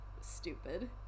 stupid